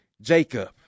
Jacob